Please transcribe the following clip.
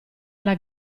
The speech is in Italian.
alla